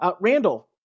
Randall